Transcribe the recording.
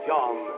John